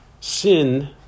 Sin